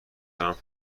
دارم